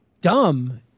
dumb